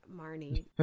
Marnie